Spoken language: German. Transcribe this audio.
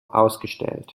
ausgestellt